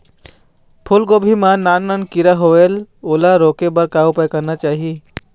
फूलगोभी मां नान नान किरा होयेल ओला रोके बर का उपाय करना चाही?